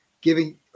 giving